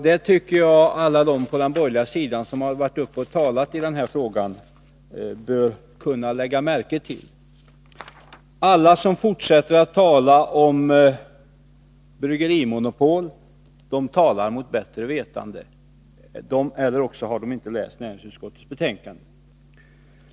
Det tycker jag att alla på den borgerliga sidan som varit uppe och talat i denna fråga bör kunna lägga märke till. Alla som fortsätter att tala om bryggerimonopol talar mot bättre vetande, eller också har de inte läst näringsutskottets betänkande.